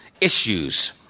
issues